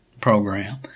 program